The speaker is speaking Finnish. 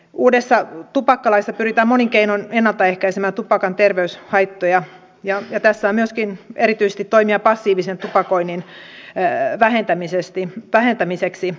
uudessa tupakkalaissa pyritään monin keinoin ennaltaehkäisemään tupakan terveyshaittoja ja tässä on myöskin erityisesti toimia passiivisen tupakoinnin vähentämiseksi